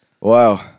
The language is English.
Wow